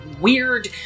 weird